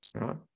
right